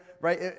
right